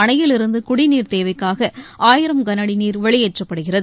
அணையிலிருந்துகுடிநீர் தேவைக்காகஆயிரம் கனஅடநீர் வெளியேற்றப்படுகிறது